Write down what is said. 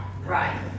right